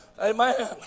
Amen